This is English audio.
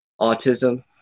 autism